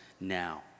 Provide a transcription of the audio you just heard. now